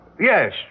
Yes